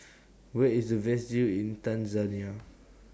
Where IS The Best View in Tanzania